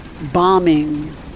bombing